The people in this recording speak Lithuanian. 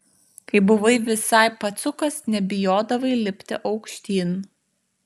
kai buvai visai pacukas nebijodavai lipti aukštyn